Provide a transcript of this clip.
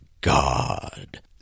god